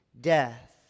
death